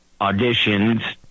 auditions